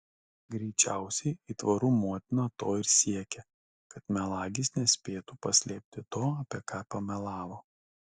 greičiausiai aitvarų motina to ir siekė kad melagis nespėtų paslėpti to apie ką pamelavo